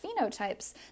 phenotypes